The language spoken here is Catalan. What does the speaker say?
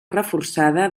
reforçada